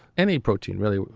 any protein, really,